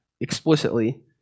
explicitly